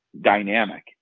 dynamic